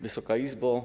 Wysoka Izbo!